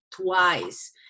twice